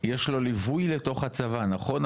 יש לו ליווי לתוך הצבא, נכון?